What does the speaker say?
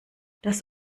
das